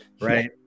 right